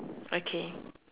okay